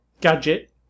gadget